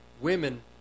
women